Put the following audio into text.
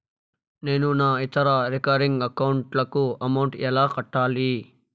నేను నా ఇతర రికరింగ్ అకౌంట్ లకు అమౌంట్ ఎలా కట్టాలి?